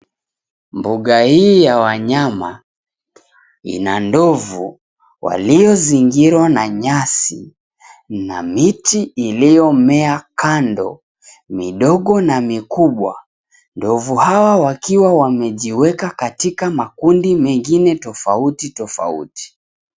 Mbuga hii ya wanyama .Ina ndovu walio zingirwa na nyasi. Na miti iliyomea kando. Midogo na mikubwa. Ndovu hawa wakiwa wamejiweka Katika makundi mengine tofauti tofauti.